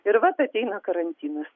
ir vat ateina karantinas